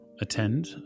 attend